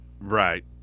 Right